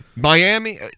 Miami